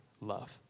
love